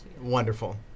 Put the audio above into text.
Wonderful